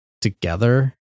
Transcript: together